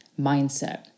mindset